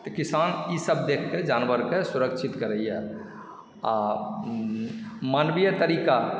तऽ किसान ईसभ देखिके जानवरकेँ सुरक्षित करैए आ मानवीय तरीका